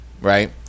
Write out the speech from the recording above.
right